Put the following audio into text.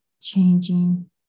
changing